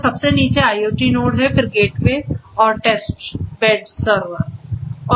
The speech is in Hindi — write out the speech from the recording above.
तो सबसे नीचे IoT नोड है फिर गेटवे और टेस्ट बेड सर्वर है